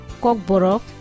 Kokborok